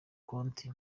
konti